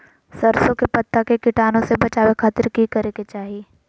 सरसों के पत्ता के कीटाणु से बचावे खातिर की करे के चाही?